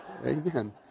Amen